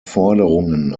forderungen